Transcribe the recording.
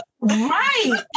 right